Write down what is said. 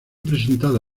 presentado